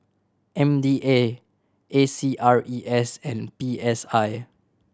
M D A A C R E S and P S I